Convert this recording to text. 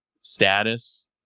status